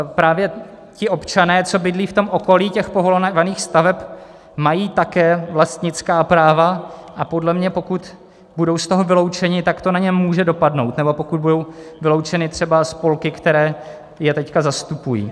Právě ti občané, co bydlí v okolí těch povolovaných staveb, mají také vlastnická práva, a podle mě pokud budou z toho vyloučeni, tak to na ně může dopadnout, nebo pokud budou vyloučeny třeba spolky, které je teď zastupují.